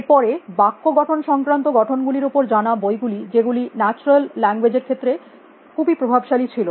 এর পরে বাক্য গঠন সংক্রান্ত গঠন গুলির উপর জানা বই গুলি যে গুলি ন্যাচারাল লাঙ্গুয়েজ এর ক্ষেত্রে খুবই প্রভাবশালী ছিল